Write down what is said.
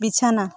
ᱵᱤᱪᱷᱱᱟᱹ